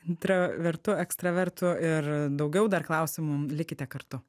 intravertu ekstravertu ir daugiau dar klausimų likite kartu